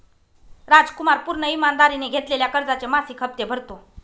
रामकुमार पूर्ण ईमानदारीने घेतलेल्या कर्जाचे मासिक हप्ते भरतो